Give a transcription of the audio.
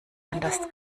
anders